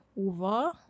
over